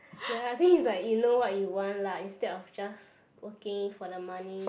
ya I think it's like you know what you want lah instead of just working for the money